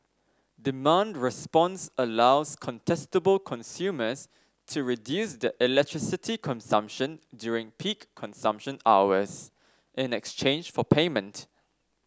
demand response allows contestable consumers to reduce their electricity consumption during peak consumption hours in exchange for payment